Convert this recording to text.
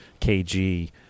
kg